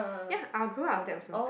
ya I were grew up with that also